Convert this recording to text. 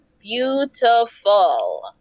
beautiful